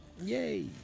Yay